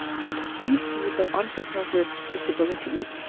but we see that on prisoners with disabilities,